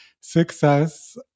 success